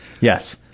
Yes